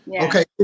Okay